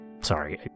sorry